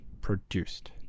produced